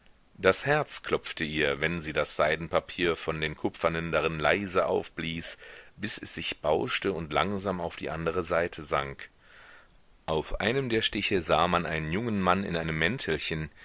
das herz klopfte ihr wenn sie das seidenpapier von den kupfern darin leise aufblies bis es sich bauschte und langsam auf die andre seite sank auf einem der stiche sah man einen jungen mann in einem mäntelchen